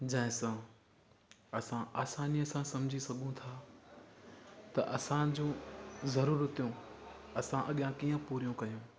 जंहिं सां असां आसानीअ सां समुझी सघूं था त असांजो ज़रूरतूं असां अॻियां कीअं पूरियूं कयूं